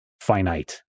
finite